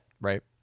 Right